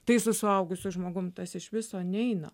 tai su suaugusiu žmogumi tas iš viso neina